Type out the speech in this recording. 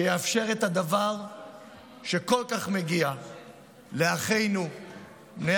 שיאפשר את הדבר שכל כך מגיע לאחינו בני